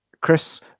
Chris